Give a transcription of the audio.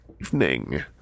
evening